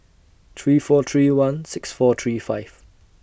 three four three one six four three five